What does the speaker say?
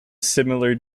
similar